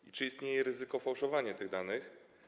I czy istnieje ryzyko fałszowania tych danych?